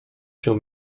się